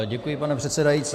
Děkuji, pane předsedající.